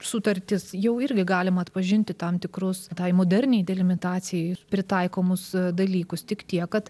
sutartis jau irgi galima atpažinti tam tikrus tai moderniai delimitacijai pritaikomus dalykus tik tiek kad